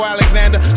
Alexander